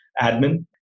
admin